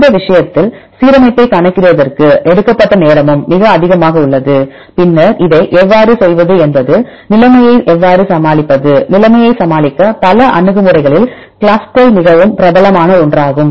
இந்த விஷயத்தில் சீரமைப்பைக் கணக்கிடுவதற்கு எடுக்கப்பட்ட நேரமும் மிக அதிகமாக உள்ளது பின்னர் இதை எவ்வாறு செய்வது என்பது நிலைமையை எவ்வாறு சமாளிப்பது நிலைமையைச் சமாளிக்க பல அணுகுமுறைளில் Clustal மிகவும் பிரபலமான ஒன்றாகும்